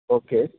okay